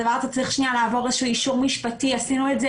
הדבר צריך לעבור אישור משפטי ועשינו את זה